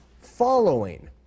following